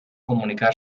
comunicar